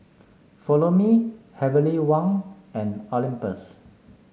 Follow Me Heavenly Wang and Olympus